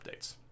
updates